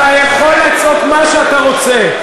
אתה יכול לצעוק מה שאתה רוצה.